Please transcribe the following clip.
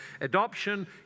adoption